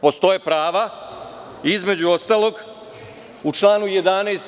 Postoje prava, između ostalog u članu 11.